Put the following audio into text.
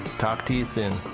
talk to you soon.